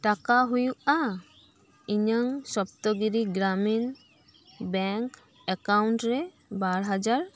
ᱴᱟᱠᱟ ᱦᱩᱭᱩᱜᱼᱟ ᱤᱧᱟᱹᱜ ᱥᱚᱯᱛᱚᱜᱤᱨᱤ ᱜᱨᱟᱢᱤᱱ ᱵᱮᱝᱠ ᱮᱠᱟᱩᱱᱴ ᱨᱮ ᱵᱟᱨ ᱦᱟᱡᱟᱨ